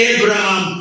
Abraham